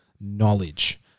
knowledge